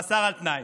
מאסר על תנאי.